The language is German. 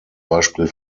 beispiel